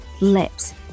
lips